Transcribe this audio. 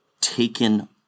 taken